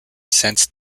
sense